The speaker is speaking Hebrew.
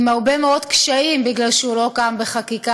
עם הרבה מאוד קשיים בגלל שהוא לא קם בחקיקה,